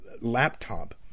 laptop